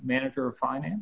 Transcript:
manager of finance